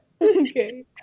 okay